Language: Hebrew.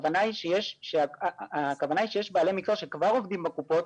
הכוונה היא שיש בעלי מקצוע שכבר עובדים בקופות,